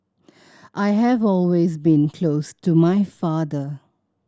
I have always been close to my father